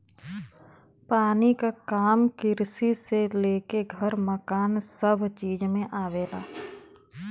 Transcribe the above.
पानी क काम किरसी से लेके घर मकान सभ चीज में आवेला